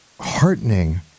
heartening